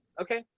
Okay